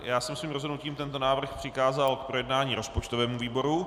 Já jsem svým rozhodnutím tento návrh přikázal k projednání rozpočtovému výboru.